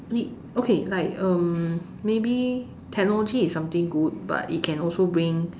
it okay like um maybe technology is something good but it can also bring